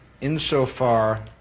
insofar